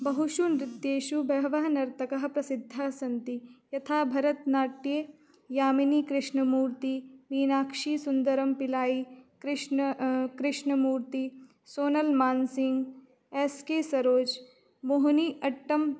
बहुषु नृत्येषु बहवः नर्तकाः प्रसिद्धाः सन्ति यथा भरतनाट्ये यामिनीकृष्णमूर्ति मीनाक्षीसुन्दरं पिलायि कृष्ण कृष्णमूर्तिः सोनल्मान्सिंग् एस् के सरोज् मोहनि अट्टम्